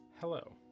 hello